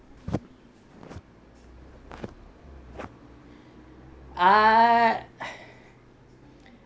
ah